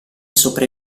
sopra